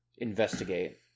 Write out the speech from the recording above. Investigate